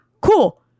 cool